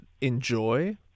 enjoy